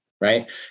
right